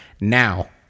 Now